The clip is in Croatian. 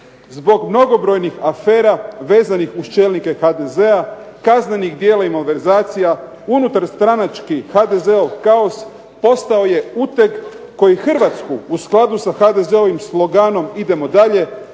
Zbog mnogobrojnih afera vezanih uz čelnike HDZ-a, kaznenih djela i malverzacija, unutar stranačkih HDZ-ov kaos postao je uteg koji Hrvatsku u skladu sa HDZ-ovim sloganom "Idemo dalje!"